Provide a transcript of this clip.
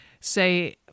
say